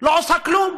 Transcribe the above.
לא עושה כלום,